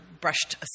brushed